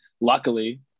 luckily